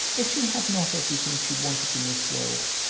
if she had not everything she wanted in this world,